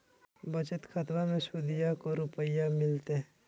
बचत खाताबा मे सुदीया को रूपया मिलते?